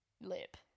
lip